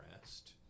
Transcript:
rest